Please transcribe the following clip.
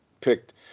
picked